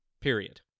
period